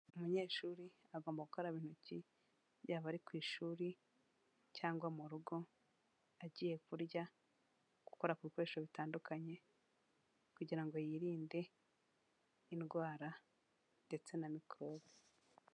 Umunyeshuri agomba gukaraba intoki yaba ari ku ishuri, cyangwa mu rugo, agiye kurya, gukora ibikoresho bitandukanye kugira ngo yirinde indwara ndetse na microbe.